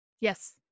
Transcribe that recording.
Yes